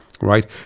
right